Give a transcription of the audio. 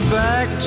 back